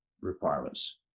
requirements